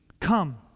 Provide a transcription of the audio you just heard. Come